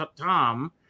Tom